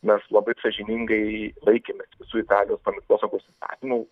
mes labai sąžiningai laikėmės visų italijos paminklosaugos įstatymų